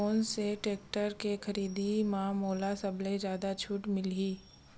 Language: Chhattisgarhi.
कोन से टेक्टर के खरीदी म मोला सबले जादा छुट मिलही?